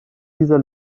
dieser